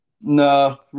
No